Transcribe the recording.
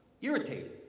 irritated